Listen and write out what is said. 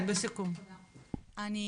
אחי